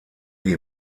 die